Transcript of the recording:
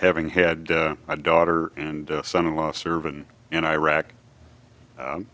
having had a daughter and son in law serving in iraq